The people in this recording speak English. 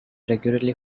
regularly